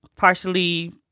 partially